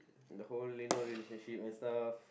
the whole you know relationship and stuff